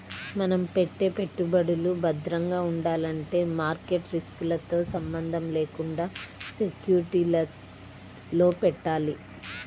మనం పెట్టే పెట్టుబడులు భద్రంగా ఉండాలంటే మార్కెట్ రిస్కులతో సంబంధం లేకుండా సెక్యూరిటీలలో పెట్టాలి